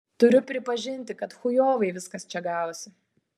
turiu pripažinti kad chujovai viskas čia gavosi